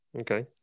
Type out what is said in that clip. Okay